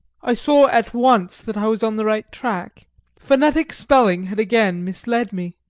i saw at once that i was on the right track phonetic spelling had again misled me.